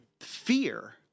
Fear